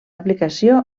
aplicació